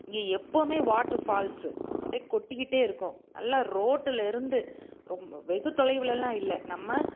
இங்கே எப்போதுமே water falls அப்டியே கொட்டிக்கிட்டே இருக்கும் நல்லா ரோட்டுலேருந்து ரொம்ப வெகு தொலைவுலலாம் இல்லை நம்ம